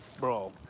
Bro